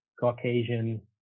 Caucasian